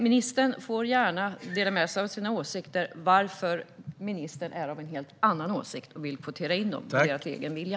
Ministern får gärna dela med sig av varför hon är av en helt annan åsikt och vill kvotera in dem mot deras egen vilja.